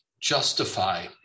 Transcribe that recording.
justify